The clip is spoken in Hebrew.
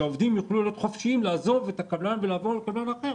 שעובדים יוכלו להיות חופשיים לעזוב את הקבלן ולעבור לקבלן אחר